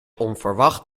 onverwacht